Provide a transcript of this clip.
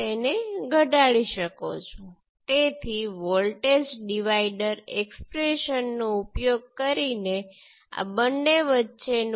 તેથી તમે આ જાતે કરી શકો છો અને તમારા જવાબોની તુલના હું જે પ્રાપ્ત કરું છું તેની સાથે કરી શકું છું